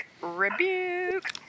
Rebuke